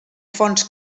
fonts